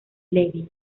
levy